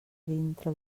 dintre